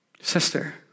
sister